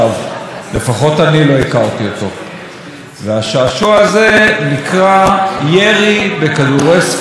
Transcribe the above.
השעשוע הזה נקרא ירי בכדורי ספוג לעבר מפגינים פלסטינים.